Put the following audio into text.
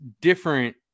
different